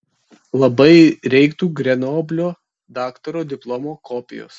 labai reiktų grenoblio daktaro diplomo kopijos